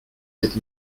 sept